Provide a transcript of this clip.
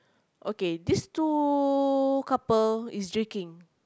okay this two couple is drinking